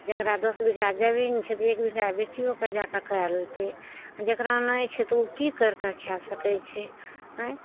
जकरा दस बीघा जमीन छै तऽ एक बीघा बेचियो कऽ जाकऽ कए लेतय आओर जकरा नहि छै तऽ उ की करि कऽ खा सकय छै आँय